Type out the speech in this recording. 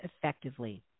effectively